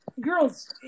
girls